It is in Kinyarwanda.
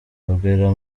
abwira